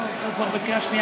לא, באמת,